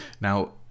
Now